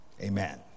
Amen